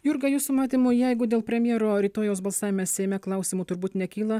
jurga jūsų matymu jeigu dėl premjero rytojaus balsavime seime klausimų turbūt nekyla